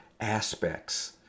aspects